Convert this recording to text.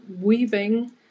weaving